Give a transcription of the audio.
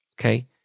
Okay